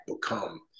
become